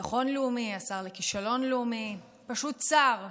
לביטחון לאומי, השר לכישלון לאומי, פשוט שר.